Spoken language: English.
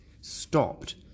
stopped